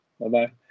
Bye-bye